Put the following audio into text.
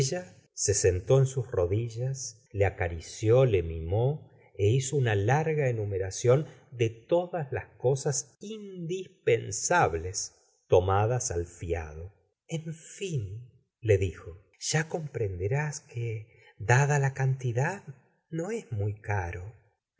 se sentó en sus rodillas le acarició le mimó é hizo una larga enumeración de todas las cosas indispensables tomadas al fiado en fin le dijo ya comprenderás que dada la cantidad no es muy caro